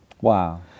wow